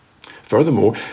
Furthermore